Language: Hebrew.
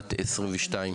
לשנת 22?